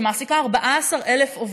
שמעסיקה 14,000 עובדים,